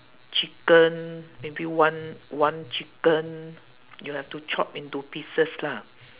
chicken maybe one one chicken you have to chop into pieces lah